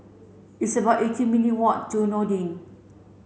it's about eighteen minute walk to Noordin